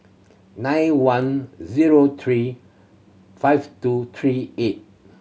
nine one zero three five two three eight